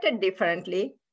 differently